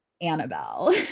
Annabelle